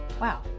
Wow